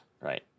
Right